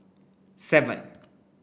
seven